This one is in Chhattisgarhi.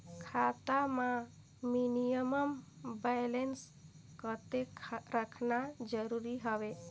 खाता मां मिनिमम बैलेंस कतेक रखना जरूरी हवय?